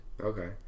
Okay